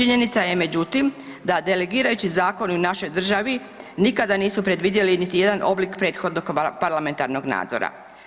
Činjenica je međutim da delegirajući zakoni u našoj državi nikada nisu predvidjeli niti jedan oblik prethodnog parlamentarnog nadzora.